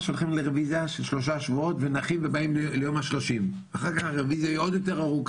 23 בנובמבר 2021. הנושא הראשון שנשלח אליכם יורד מסדר-היום,